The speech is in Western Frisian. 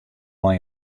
mei